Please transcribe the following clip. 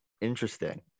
interesting